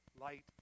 light